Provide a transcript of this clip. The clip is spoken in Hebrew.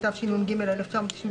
התשנ"ג-1993,